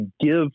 give